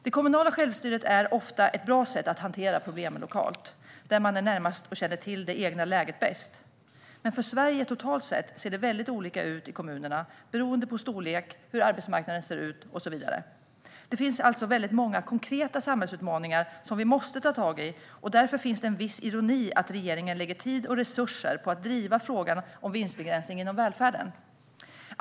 Det kommunala självstyret är ofta ett bra sätt att hantera problemen lokalt, där man är närmast och känner till det egna läget bäst, men för Sverige totalt sett ser det väldigt olika ut i kommunerna beroende på storlek, hur arbetsmarknaden ser ut och så vidare. Det finns alltså väldigt många konkreta samhällsutmaningar som vi måste ta tag i, och därför finns det en viss ironi i att regeringen lägger tid och resurser på att driva frågan om vinstbegränsning inom välfärden.